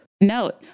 Note